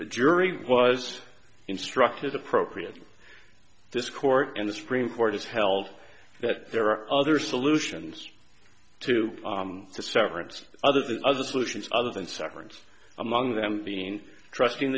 jury was instructed appropriate this court and the supreme court has held that there are other solutions to the severance other than other solutions other than severance among them being trusting